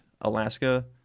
alaska